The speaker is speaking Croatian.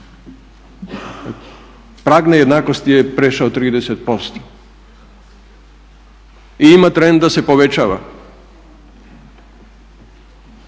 Prag nejednakosti je prešao 30%. I ima trend da se povećava.